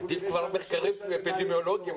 עדיף כבר מחקרים אפידמיולוגיים,